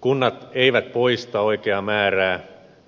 kunnat eivät poista oikeaa määrää